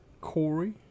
Corey